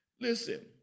Listen